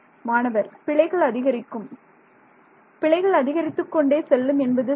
மாணவர் பிழைகள் அதிகரிக்கும் பிழைகள் அதிகரித்துக் கொண்டே செல்லும் என்பது சரி